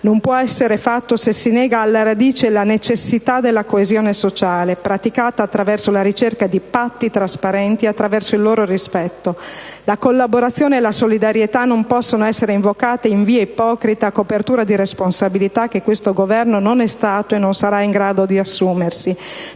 non può essere fatto se si nega alla radice la necessità della coesione sociale praticata attraverso la ricerca di patti trasparenti e attraverso il loro rispetto. La collaborazione e la solidarietà non possono essere invocate in modo ipocrita a copertura di responsabilità che questo Governo non è stato e non sarà in grado di assumersi.